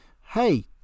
hey